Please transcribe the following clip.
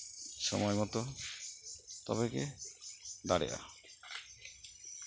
ᱥᱚᱢᱚᱭ ᱢᱚᱛᱳ ᱛᱚᱵᱮᱜᱮ ᱫᱟᱨᱮᱜᱼᱟ